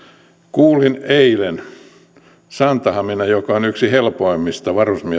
kuulin eilen santahaminasta joka on yksi helpoimmista